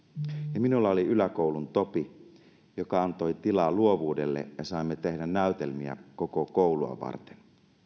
ja minulla oli yläkoulun topi joka antoi tilaa luovuudelle ja saimme tehdä näytelmiä koko koulua varten